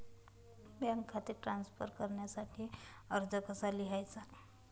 Bank खाते transfer करण्यासाठी अर्ज कसा लिहायचा?